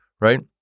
right